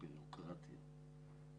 בירוקרטיים.